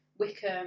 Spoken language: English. Wickham